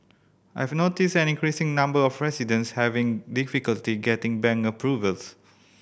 I've noticed an increasing number of residents having difficulty getting bank approvals